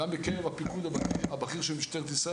גם בקרב הפיקוד הבכיר של משטרת ישראל,